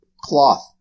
cloth